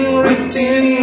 written